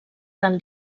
del